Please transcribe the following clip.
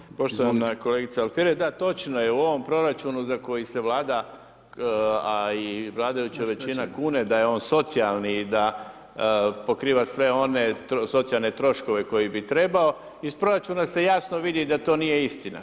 Hvala lijepo, poštovana kolegice Alfirev, da točno je u ovom proračunu za koji se Vlada, a i vladajuća većina kune da je on socijalni i da pokriva sve one socijalne troškove koji bi trebao iz proračuna se jasno vidi da to nije istina.